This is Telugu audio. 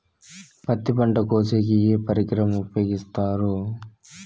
పత్తి పంట కోసేకి ఏ పరికరం ఉపయోగిస్తారు?